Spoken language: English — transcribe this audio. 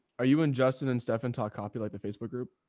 are you in justin and stefan talk copy like the facebook group.